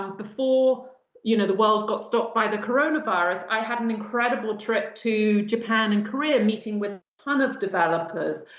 um before you know the world got stopped by the coronavirus, i had an incredible trip to japan and korea meeting with ton of developers.